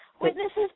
witnesses